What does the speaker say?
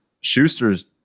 Schuster's